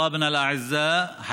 (אומר בערבית: תלמידינו היקרים,